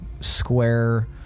square